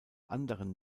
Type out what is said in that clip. anderen